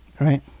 right